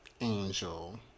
Angel